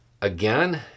again